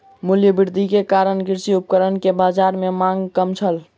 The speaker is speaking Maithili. मूल्य वृद्धि के कारण कृषि उपकरण के बाजार में मांग कम छल